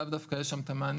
לאו דווקא יש שם את המענים,